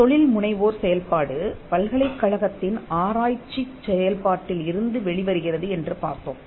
தொழில்முனைவோர் செயல்பாடு பல்கலைக்கழகத்தின் ஆராய்ச்சி செயல்பாட்டில் இருந்து வெளிவருகிறது என்று பார்த்தோம்